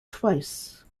twice